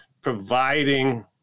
providing